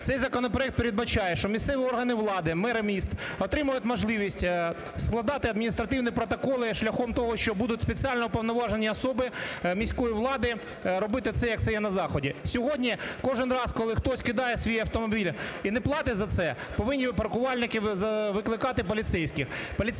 Цей законопроект передбачає, що місцеві органи влади, мери міст отримають можливість складати адміністративні протоколи шляхом того, що будуть спеціально уповноважені особи міської влади робити це, як це є на заході. Сьогодні кожен раз, коли хтось кидає свій автомобіль і не платить за це, повинні паркувальники викликати поліцейських.